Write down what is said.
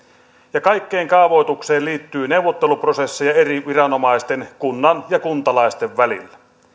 ja kaikkeen kaavoitukseen liittyy neuvotteluprosesseja eri viranomaisten kunnan ja kuntalaisten välillä